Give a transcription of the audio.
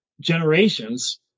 generations